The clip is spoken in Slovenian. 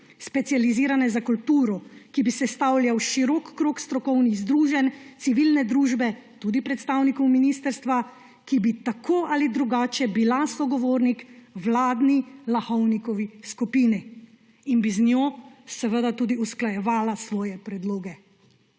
specializirane za kulturo, ki bi jo sestavljal širok krog strokovnih združenj, civilne družbe, tudi predstavnikov ministrstva, ki bi tako ali drugače bila sogovornik vladni Lahovnikovi skupini in bi z njo seveda tudi usklajevala svoje predloge.